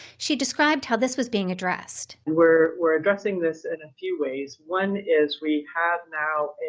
she described how this was being addressed. we're we're addressing this in a few ways. one is we have now